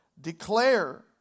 Declare